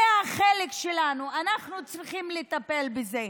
זה החלק שלנו, אנחנו צריכים לטפל בזה,